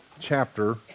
chapter